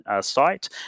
site